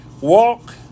Walk